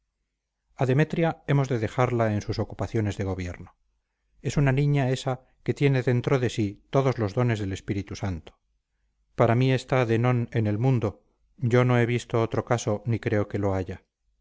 a demetria hemos de dejarla en sus ocupaciones de gobierno es una niña esa que tiene dentro de sí todos los dones del espíritu santo para mí está de non en el mundo yo no he visto otro caso ni creo que lo haya